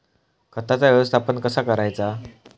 खताचा व्यवस्थापन कसा करायचा?